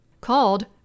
called